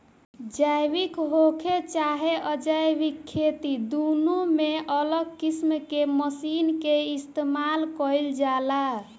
जैविक होखे चाहे अजैविक खेती दुनो में अलग किस्म के मशीन के इस्तमाल कईल जाला